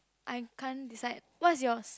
I can't decide what's yours